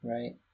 Right